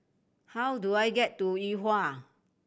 how do I get to Yuhua